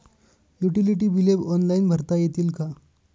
Utility बिले online भरता येतील का?